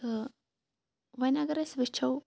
تہٕ وونۍ اگر أسۍ وٕچھو